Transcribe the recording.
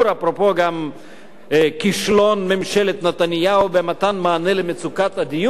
אפרופו "כישלון ממשלת נתניהו במתן מענה על מצוקת הדיור".